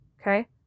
Okay